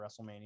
wrestlemania